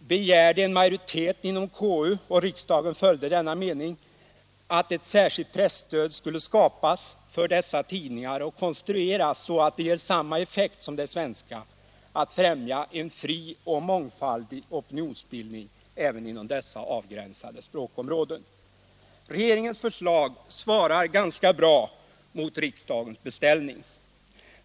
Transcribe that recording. begärde en majoritet inom KU — och riksdagen följde denna mening — att ett särskilt presstöd skulle skapas för dessa tidningar och konstrueras så att det ger samma effekt som det svenska: att främja en fri och mångfaldig opinionsbildning även inom dessa avgränsade språkområden. Regeringens förslag svarar ganska bra mot riksdagens beställning.